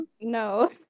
No